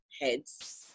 heads